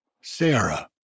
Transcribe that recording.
Sarah